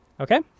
okay